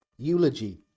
Eulogy